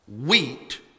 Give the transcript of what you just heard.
wheat